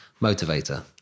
motivator